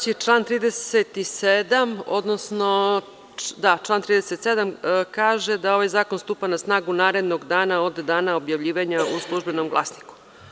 Član 37. kaže da ovaj zakon stupa na snagu narednog dana od dana objavljivanja u „Službenom glasniku“